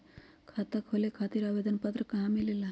खाता खोले खातीर आवेदन पत्र कहा मिलेला?